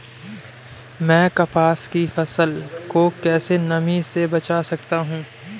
मैं कपास की फसल को कैसे नमी से बचा सकता हूँ?